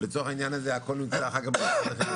ולצורך העניין הזה הכל נמצא אחר כך במשרד החינוך.